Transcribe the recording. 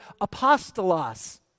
apostolos